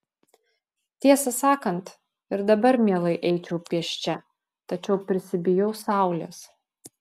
tiesą sakant ir dabar mielai eičiau pėsčia tačiau prisibijau saulės